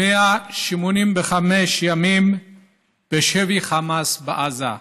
1,185 ימים בשבי חמאס בעזה.